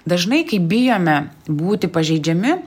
dažnai kai bijome būti pažeidžiami